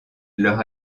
leur